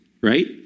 right